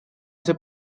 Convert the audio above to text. ser